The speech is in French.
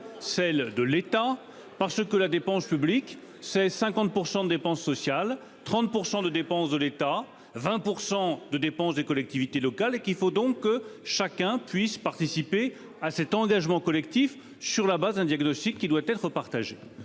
celle de l'État parce que la dépense publique c'est 50% de dépenses sociales 30% de dépenses de l'État 20% de dépenses des collectivités locales et qu'il faut donc que chacun puisse participer à cet engagement collectif sur la base un diagnostic qui doit être partagée.